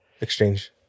exchange